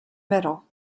middle